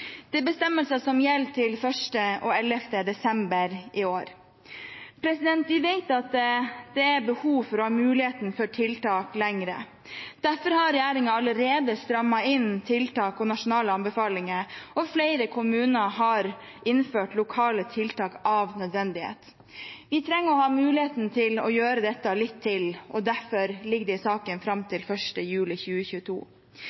Det er bestemmelser som gjelder til 1. og 11. desember i år. Vi vet at det er behov for å ha muligheten til tiltak lenger. Derfor har regjeringen allerede strammet inn når det gjelder tiltak og nasjonale anbefalinger, og flere kommuner har innført lokale tiltak av nødvendighet. Vi trenger å ha muligheten til å gjøre dette litt til, og derfor ligger det i saken forslag om å forlenge fram